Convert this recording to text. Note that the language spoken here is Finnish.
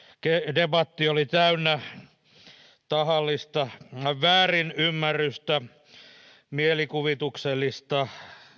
debatti oli täynnä tahallista väärinymmärrystä mielikuvituksellista